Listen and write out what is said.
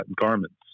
garments